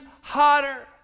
hotter